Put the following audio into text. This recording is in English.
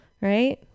right